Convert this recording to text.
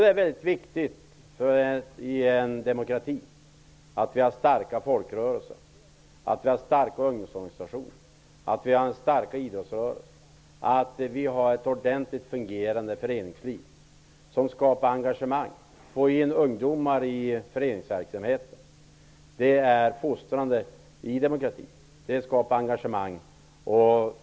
Det är viktigt att i en demokrati ha starka folkrörelser, starka ungdomsorganisationer, starka idrottsrörelser och ett ordentligt fungerande föreningsliv som skapar engagemang och som får in ungdomar i föreningsverksamheten. Det fungerar fostrande i en demokrati och det skapar engagemang.